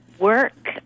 work